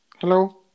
Hello